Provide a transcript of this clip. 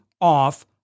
off